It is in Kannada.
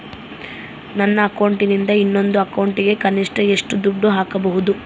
ನನ್ನ ಅಕೌಂಟಿಂದ ಇನ್ನೊಂದು ಅಕೌಂಟಿಗೆ ಕನಿಷ್ಟ ಎಷ್ಟು ದುಡ್ಡು ಹಾಕಬಹುದು?